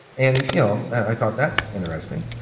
and you know i thought, that's interesting.